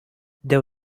there